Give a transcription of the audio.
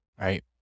Right